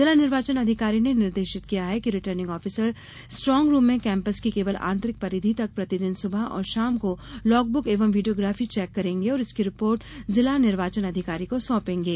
जिला निर्वाचन अधिकारी ने निर्देशित किया है कि returning officers strong room campus की केवल आंतरिक परिधि तक प्रतिदिन सुबह और शाम को लॉगबुक एवं वीडियोग्राफी चैक करेंगे और इसकी रिपोर्ट जिला निर्वाचन अधिकारी को सौंपेंगे